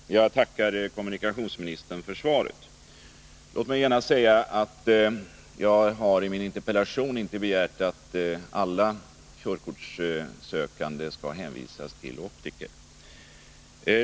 Herr talman! Jag tackar kommunikationsministern för svaret. Låt mig genast säga att jag i min interpellation inte har begärt att alla körkortssökande skall hänvisas till optiker.